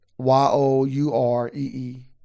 Y-O-U-R-E-E